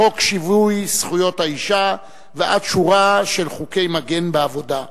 מחוק שיווי זכויות האשה ועד שורה של חוקי מגן בעבודה.